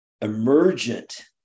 emergent